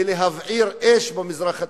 ולהבעיר אש במזרח התיכון,